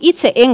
itse en